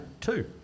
two